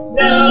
no